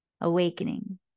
Awakening